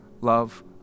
love